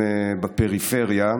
הם בפריפריה.